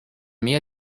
mehr